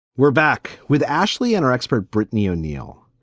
we're back with ashley and her expert, brittany o'neal.